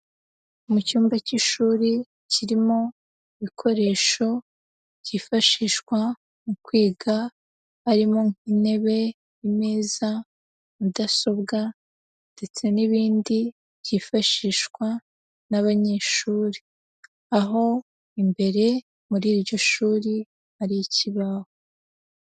Mu cyumba cy'ishuri kirimo ibikoresho byifashishwa mu kwiga. Harimo intebe, ameza, za mudasobwa ndetse n'ibindi, byifashishwa n'abanyeshuri. Aho imbere muri iryo shuri hari ikibaho.